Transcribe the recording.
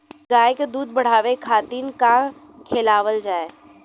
गाय क दूध बढ़ावे खातिन का खेलावल जाय?